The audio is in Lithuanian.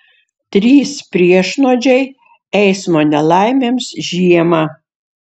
trys priešnuodžiai eismo nelaimėms žiemą